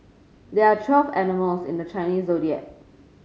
there are twelve animals in the Chinese Zodiac